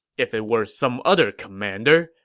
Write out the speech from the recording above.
if it were some other commander,